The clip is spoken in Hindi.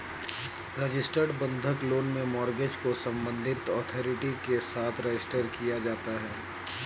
रजिस्टर्ड बंधक लोन में मॉर्गेज को संबंधित अथॉरिटी के साथ रजिस्टर किया जाता है